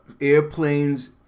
airplanes